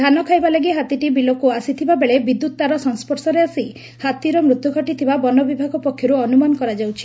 ଧାନ ଖାଇବା ଲାଗି ହାତୀଟି ବିଲକୁ ଆସିଥିବା ବେଳେ ବିଦ୍ୟୁତ୍ ତାର ସଂସର୍ଶରେ ଆସି ହାତୀର ମୃତ୍ୟୁ ଘଟିଥିବା ବନବିଭାଗ ପକ୍ଷରୁ ଅନୁମାନ କରାଯାଉଛି